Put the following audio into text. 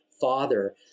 father